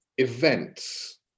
events